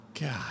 God